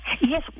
Yes